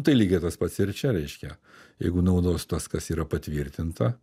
tai lygiai tas pats ir čia reiškia jeigu naudos tas kas yra patvirtinta